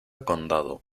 condado